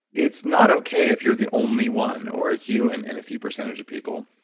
it's not okay if you're the only one or it's you and and a few percentage of people.